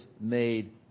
made